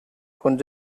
கொஞ்ச